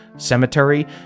Cemetery